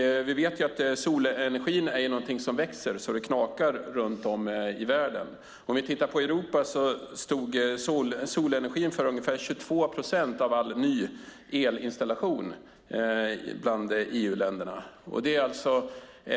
Vi vet att detta med solenergi runt om i världen är något som växer så det knakar. I EU-länderna står solenergin för ungefär 22 procent av all ny elinstallation. Solenergin är